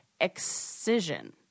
excision